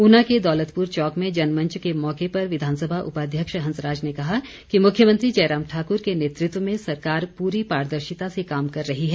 ऊना के दौलतपुर चौक में जनमंच के मौके पर विधानसभा उपाध्यक्ष हंसराज ने कहा कि मुख्यमंत्री जयराम ठाक्र के नेतृत्व में सरकार पूरी पारदर्शिता से काम कर रही है